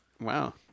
Wow